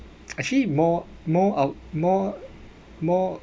actually more more of more more